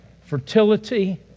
fertility